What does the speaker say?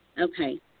Okay